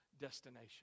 destination